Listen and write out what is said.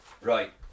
right